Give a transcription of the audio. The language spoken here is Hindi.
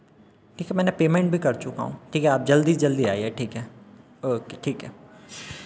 देखिए मैंने पेमेंट भी कर चुका हूँ ठीक है आप जल्दी से जल्दी आइए ठीक है ओके ठीक है